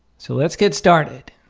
so let's get started.